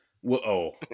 Whoa